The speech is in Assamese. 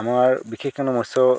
আমাৰ বিশেষকে মৎস